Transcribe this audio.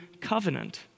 covenant